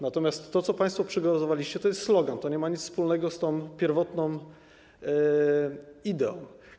Natomiast to, co państwo przygotowaliście, to jest slogan, który nie ma nic wspólnego z tą pierwotną ideą.